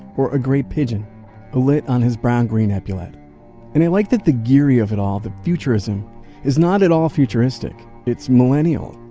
or a great pigeon alit on his brown-green epaulet and i like that the ghery of it all the futurism is not at all futuristic. it's millennial.